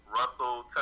Russell